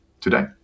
today